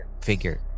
figure